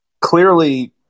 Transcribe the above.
Clearly